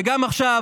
וגם עכשיו